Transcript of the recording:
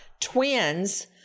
twins